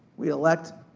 we elect